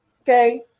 Okay